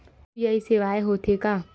UPI सेवाएं हो थे का?